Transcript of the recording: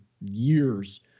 years